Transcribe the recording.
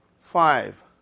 five